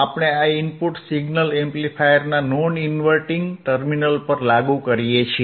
આપણે આ input signal એમ્પ્લીફાયરના નોન ઇન્વર્ટીંગ ટર્મિનલ પર લાગુ કરીએ છીએ